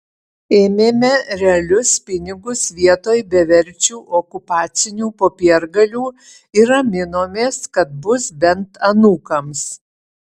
ėmėme realius pinigus vietoj beverčių okupacinių popiergalių ir raminomės kad bus bent anūkams